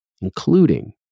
including